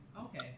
Okay